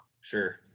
Sure